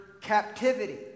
captivity